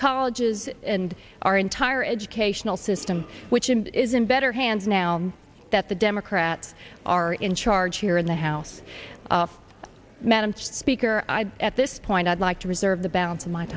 colleges and our entire educational system which is in better hands now that the democrats are in charge here in the house madam speaker i at this point i'd like to reserve the balance of my